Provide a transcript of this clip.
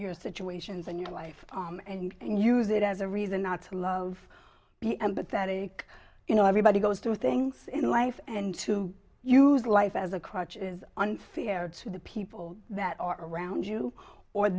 situations and your life and use it as a reason not to love be empathetic you know everybody goes through things in life and to use life as a crutch is unfair to the people that are around you or